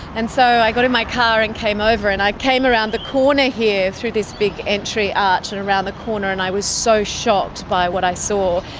so i got in my car and came over, and i came around the corner here through this big entry arch and around the corner and i was so shocked by what i saw.